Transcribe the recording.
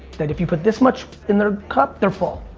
that if you put this much in their cup, they're full.